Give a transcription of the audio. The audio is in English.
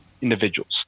individuals